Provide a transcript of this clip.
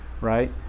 right